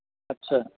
ਅੱਛਾ